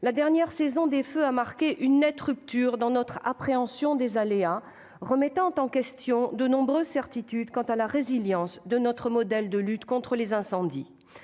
la dernière saison des feux a marqué une nette rupture dans notre appréhension des aléas, remettant en question de nombreuses certitudes quant à la résilience de notre modèle de lutte contre les incendies.